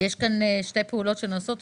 יש כאן שתי פעולות שנעשות.